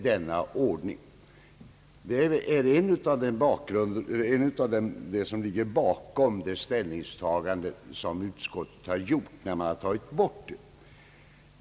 Det är en av orsakerna till utskottets ställningstagande.